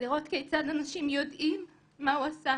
לראות כיצד אנשים יודעים מה הוא עשה,